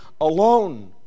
alone